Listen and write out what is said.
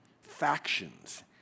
factions